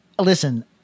Listen